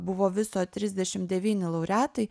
buvo viso trisdešim devyni laureatai